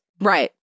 right